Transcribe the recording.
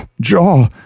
jaw